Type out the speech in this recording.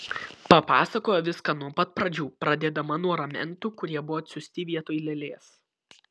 papasakojo viską nuo pat pradžių pradėdama nuo ramentų kurie buvo atsiųsti vietoj lėlės